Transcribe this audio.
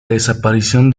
desaparición